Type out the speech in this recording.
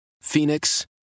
Phoenix